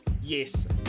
Yes